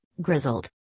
grizzled